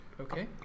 Okay